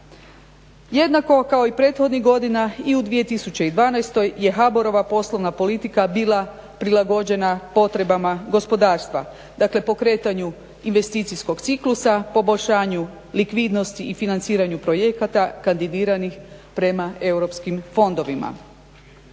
Jednako kao i prethodnih godina i u 2012. je HBOR-ova poslovna politika bila prilagođena potrebama gospodarstva, dakle pokretanju investicijskog ciklusa, poboljšanju likvidnosti i financiranju projekata, kandidiranih prema europskim fondovima.